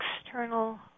external